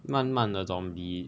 慢慢的 zombie